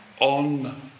on